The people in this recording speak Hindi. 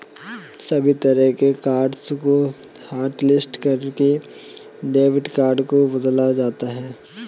सभी तरह के कार्ड्स को हाटलिस्ट करके डेबिट कार्ड को बदला जाता है